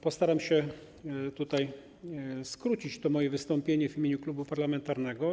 Postaram się skrócić moje wystąpienie w imieniu klubu parlamentarnego.